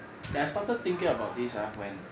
I started thinking about these ah when